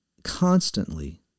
constantly